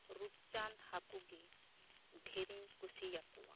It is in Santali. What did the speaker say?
ᱨᱩᱯᱪᱟᱸᱫᱽ ᱦᱟᱠᱩ ᱜᱮ ᱰᱷᱮᱨᱤᱧ ᱠᱩᱥᱤᱭᱟᱠᱚᱣᱟ